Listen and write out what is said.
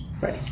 Right